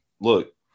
look